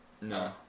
No